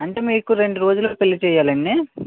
అంటే మీకు రెండు రోజులు పెళ్ళి చేయాలండీ